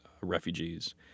refugees